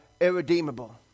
irredeemable